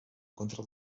contra